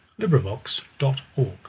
LibriVox.org